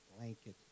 blanket